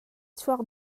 chuak